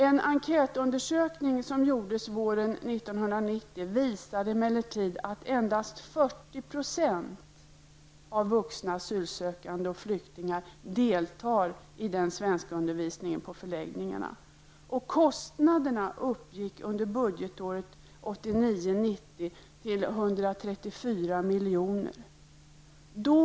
En undersökning som gjordes våren 1990 visar emellertid att endast 40 % av vuxna asylsökande och flyktingar deltar i svenskundervisningen på förläggningarna. Kostnaderna uppgick under 1989/90 till 134 milj.kr.